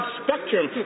spectrum